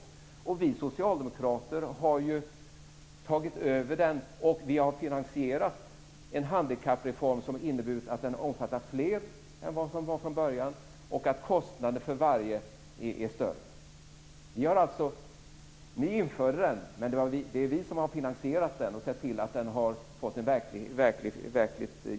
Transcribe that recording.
Nu har vi socialdemokrater tagit över och finansierat en handikappreform som omfattar fler än vad som avsågs från början. Kostnaderna för varje handikappad är också större. Ni genomförde alltså handikappreformen, men det är vi som har finansierat den och sett till att den har förverkligats.